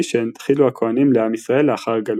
שהנחילו הכוהנים לעם ישראל לאחר הגלות.